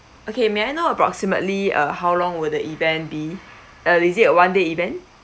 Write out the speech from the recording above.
okay may I know approximately uh how long will the event be uh is it a one day event